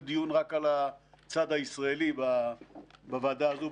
דיון רק על הצד הישראלי בוועדה הזו,